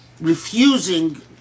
refusing